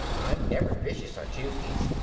i'm never vicious on tuesdays.